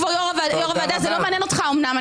כבוד יו"ר הוועדה, זה לא מעניין אותך, אומנם.